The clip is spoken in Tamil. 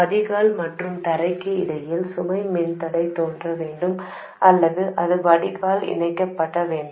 வடிகால் மற்றும் தரைக்கு இடையில் சுமை மின்தடை தோன்ற வேண்டும் அல்லது அது வடிகால் இணைக்கப்பட வேண்டும்